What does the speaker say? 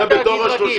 זה בתוך ה-30